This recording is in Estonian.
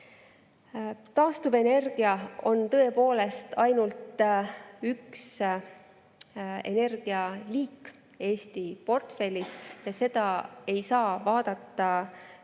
Taastuvenergia on tõepoolest ainult üks energialiik Eesti [energia]portfellis. Seda ei saa vaadata eraldi